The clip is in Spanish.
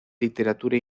literatura